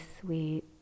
sweet